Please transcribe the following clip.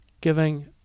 giving